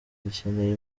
dukeneye